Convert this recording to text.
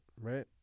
right